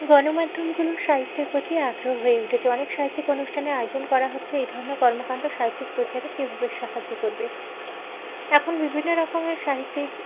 গণমাধ্যমগুলো সাহিত্যের প্রতি আগ্রহ হয়ে উঠেছে অনেক সাহিত্যিক অনুষ্ঠানের আয়োজন করা হচ্ছে এই ধরনের কর্মকাণ্ড সাহিত্যিক প্রচারে কীভাবে সাহায্য করবে এখন বিভিন্ন রকমের সাহিত্যিক